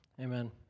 Amen